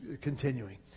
continuing